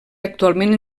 actualment